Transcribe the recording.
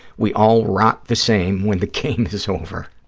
we all rot the same when the game is over.